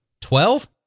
Twelve